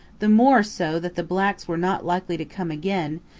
the more so that the blacks were not likely to come again,